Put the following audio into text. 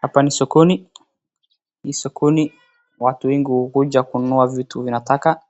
Hapa ni sokoni, hii sokoni watu wengi hukuja kununua vitu wanataka